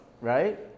right